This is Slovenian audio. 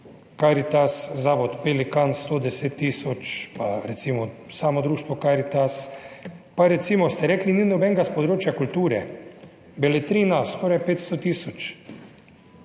Karitas, Zavod Pelikan 110 tisoč, pa recimo samo društvo Karitas, pa recimo, ste rekli, ni nobenega s področja kulture, Beletrina skoraj 500 tisoč,